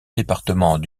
département